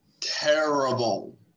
terrible